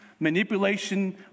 manipulation